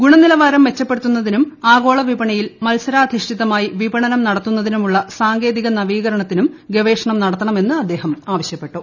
ഗുണനിലവാരം മെച്ചപ്പെടുത്തുന്നതിനും ആഗോള വിപണിയിൽ മത്സരാധിഷ്ഠിതമായി നടത്തുന്നതിനുമുള്ള വിപണനം സാങ്കേതിക നവീകരണത്തിനും ഗവേഷണവും നടത്തണമെന്ന് അദ്ദേഹം ആവശ്യപ്പെട്ടു